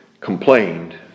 complained